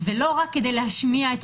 ודי לחכימא.